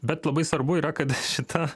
bet labai svarbu yra kad šita